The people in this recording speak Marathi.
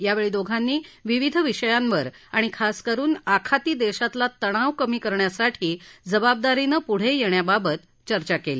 यावेळी दोघांनी विविध विषयांवर आणि खास करुन आखाती देशातला तणाव कमी करण्यासाठी जबाबदारीनं पुढे येण्याबाबत चर्चा केली